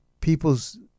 people's